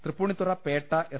Tripunithura Petta S